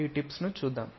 ఈ టిప్స్ ను చూద్దాం